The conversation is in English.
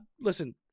listen